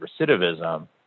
recidivism